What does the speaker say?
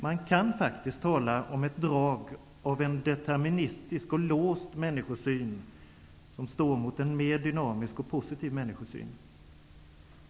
Man kan faktiskt tala om ett drag av en deterministisk och låst människosyn som står mot en mer dynamisk och positiv människosyn.